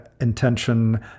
intention